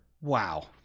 Wow